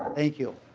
thank you.